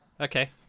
okay